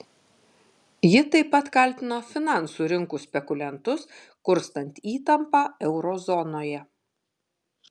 ji taip pat kaltino finansų rinkų spekuliantus kurstant įtampą euro zonoje